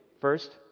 First